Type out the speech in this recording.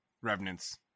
Revenants